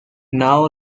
now